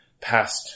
past